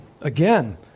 again